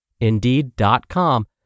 Indeed.com